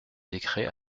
décret